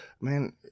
Man